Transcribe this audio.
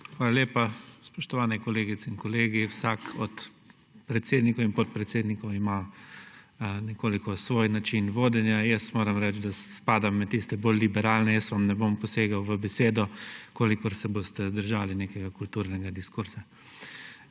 Hvala lepa. Spoštovane kolegice in kolegi! Vsak od predsednikov in podpredsednikov ima nekoliko svoj način vodenja. Moram reči, da spadam med tiste bolj liberalne, ne bom vam posegal v besedo, v kolikor se boste držali nekega kulturnega diskurza.